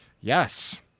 Yes